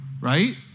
right